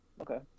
Okay